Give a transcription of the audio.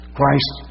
Christ